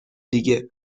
دیگه